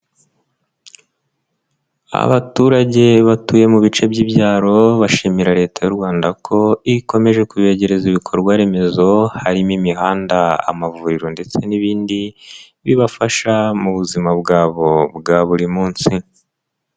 Abaturage batuye mu bice by'ibyaro bashimira leta y'u Rwanda ko ikomeje kubeyegereza ibikorwaremezo, harimo: imihanda, amavuriro ndetse n'ibindi, bibafasha mu buzima bwabo bwa buri munsi.